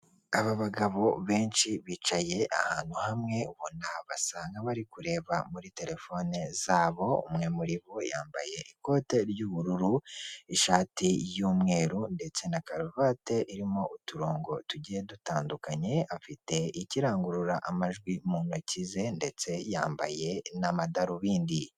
Aba bagabo benshi bicaye ahantu hamwe ubona basanga n'abari kureba muri telefone zabo, umwe muri bo yambaye ikote ry'ubururu ishati y'umweru ndetse na karuvati irimo uturongo tugiye dutandukanye, afite ikirangurura amajwi mu ntoki ze ndetse yambaye n'amadarubindi.